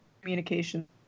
communication